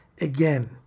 again